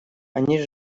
они